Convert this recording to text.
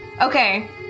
Okay